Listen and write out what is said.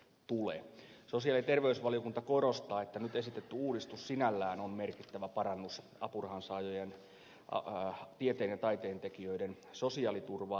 sosiaali ja terveysvaliokunta korostaa että nyt esitetty uudistus sinällään on merkittävä parannus apurahansaajien tieteen ja taiteen tekijöiden sosiaaliturvaan